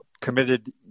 committed